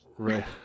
Right